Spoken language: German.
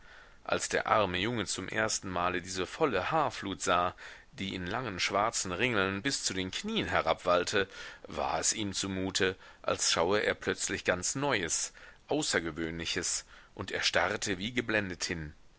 als der arme junge zum ersten male diese volle haarflut sah die in langen schwarzen ringeln bis zu den knien herabwallte war es ihm zumute als schaue er plötzlich ganz neues außergewöhnliches und er starrte wie geblendet hin